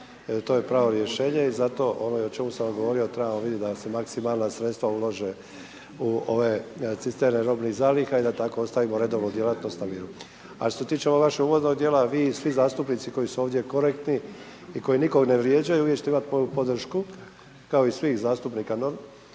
to je pravo rješenje, i zato o onome o čemu sam govorio, da trebamo vidjeti da se maksimalna sredstva ulože u ove cisterne robnih zaliha i da tako ostavimo redovnu djelatnost na miru. A što se tiče ovog vašeg uvodnog dijela, vi svi zastupnici, koji su ovdje korektni i koji nikog ne vrijeđaju, vi ćete imati moju podršku, kao i svih zastupnika, a